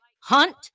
hunt